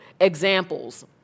examples